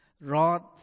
Rod